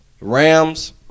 Rams